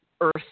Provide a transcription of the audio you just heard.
earth